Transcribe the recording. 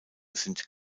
sind